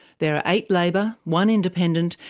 there are eight labor, one independent,